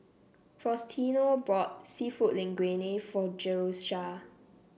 Faustino bought seafood Linguine for Jerusha